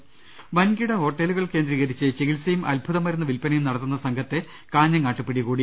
ലലലലലല വൻകിട ഹോട്ടലുകൾ കേന്ദ്രീകരിച്ച് ചികിത്സയും അത്ഭുത മരുന്ന് വിൽപ്പനയും നടത്തുന്ന സംഘത്തെ കാഞ്ഞങ്ങാട്ട് പ്പിടികൂടി